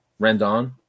Rendon